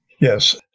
Yes